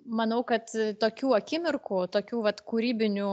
manau kad tokių akimirkų tokių vat kūrybinių